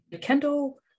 Kendall